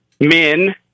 men